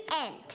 end